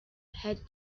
had